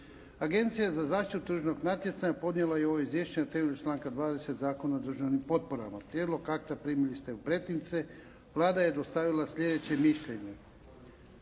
Agencija za zaštitu tržišnog natjecanja podnijela je ovo izvješće na temelju članka 20. Zakona o državnim potporama. Prijedlog akta primili ste u pretince. Vlada je dostavila sljedeće mišljenje.